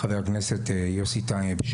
חבר הכנסת יוסי טייב,